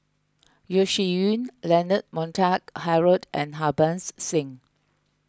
Yeo Shih Yun Leonard Montague Harrod and Harbans Singh